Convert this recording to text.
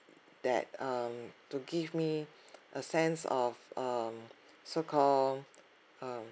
that um to give me a sense of um so called uh